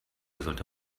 sollte